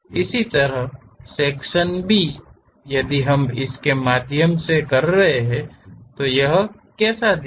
इसी तरह section B यदि हम इसके माध्यम से कर रहे हैं तो यह कैसा दिखता है